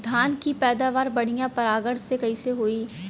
धान की पैदावार बढ़िया परागण से कईसे होई?